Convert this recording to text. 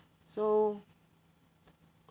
so